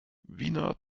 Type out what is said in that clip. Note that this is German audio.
wiener